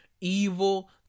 Evil